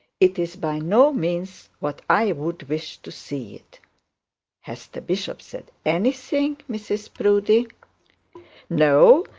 it is by no means what i would wish to see it has the bishop said anything, mrs proudie no,